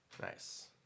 Nice